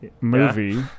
movie